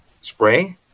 spray